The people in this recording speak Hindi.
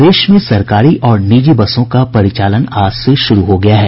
प्रदेश में सरकारी और निजी बसों का परिचालन आज से शुरू हो गया है